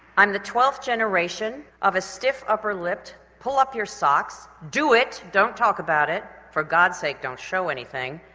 i'm the twelfth generation of a stiff upper lipped, pull up your socks, do it, don't talk about it, for god's sake don't show anything,